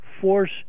force